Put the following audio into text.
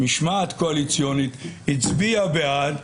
משמעת קואליציונית הצביעה בעד.